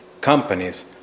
companies